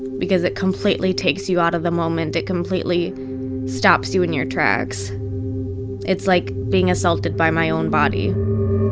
because it completely takes you out of the moment, it completely stops you in your tracks it's like being assaulted by my own body